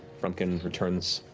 frumpkin returns